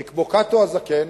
כי כמו קאטו הזקן,